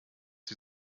sie